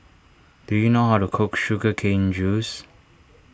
do you know how to cook Sugar Cane Juice